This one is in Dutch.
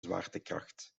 zwaartekracht